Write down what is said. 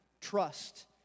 trust